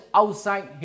outside